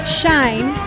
shine